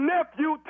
Nephew